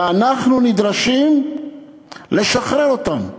ואנחנו נדרשים לשחרר אותם.